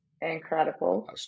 Incredible